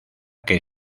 que